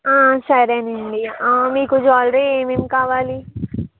సరేనండి మీకు జ్యువెలరీ ఏమేమి కావాలి